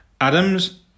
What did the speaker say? Adams